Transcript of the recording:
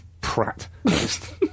prat